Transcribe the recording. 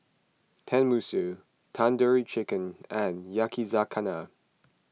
Tenmusu Tandoori Chicken and Yakizakana